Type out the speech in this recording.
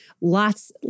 lots